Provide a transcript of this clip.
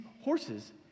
horses